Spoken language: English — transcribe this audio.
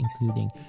including